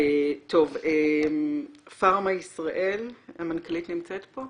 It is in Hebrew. טוב, פארמה ישראל, המנכ"לית נמצאת פה?